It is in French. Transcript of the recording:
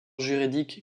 juridique